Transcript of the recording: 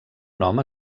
nom